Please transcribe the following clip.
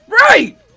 Right